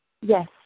Yes